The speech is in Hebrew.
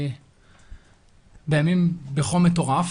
בחום מטורף.